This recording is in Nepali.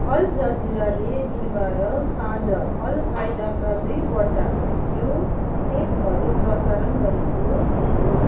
अल जजिराले बिहिवार साँझ अलकायदाका दुईवटा भिडियो टेपहरू प्रसारण गरेको थियो